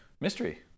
mystery